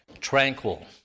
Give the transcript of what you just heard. tranquil